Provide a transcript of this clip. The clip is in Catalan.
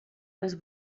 les